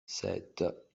sept